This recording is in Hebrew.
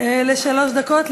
לשלוש דקות,